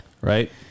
Right